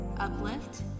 Uplift